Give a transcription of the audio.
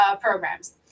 programs